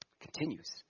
Continues